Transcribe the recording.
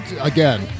Again